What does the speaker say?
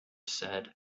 said